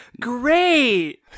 Great